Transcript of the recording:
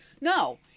No